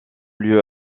lieu